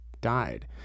died